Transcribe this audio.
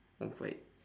one five